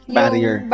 Barrier